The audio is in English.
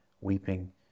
weeping